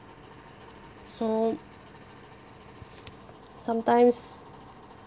so sometimes